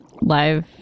live